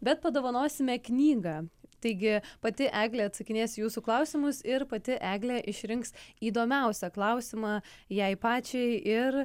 bet padovanosime knygą taigi pati eglė atsakinės į jūsų klausimus ir pati eglė išrinks įdomiausią klausimą jai pačiai ir